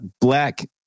black